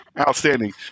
Outstanding